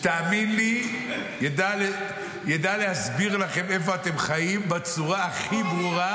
תאמין לי שהוא ידע להסביר לכם איפה אתם חיים בצורה הכי ברורה,